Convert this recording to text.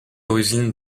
originaire